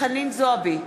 חנין זועבי,